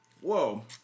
Whoa